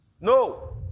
No